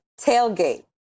tailgate